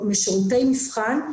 משירותי מבחן,